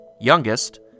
youngest